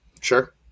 Sure